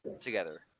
together